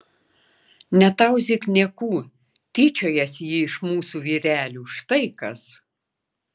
netauzyk niekų tyčiojasi ji iš mūsų vyrelių štai kas